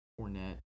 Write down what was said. Ornette